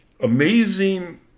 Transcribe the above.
amazing